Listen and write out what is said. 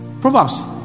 Proverbs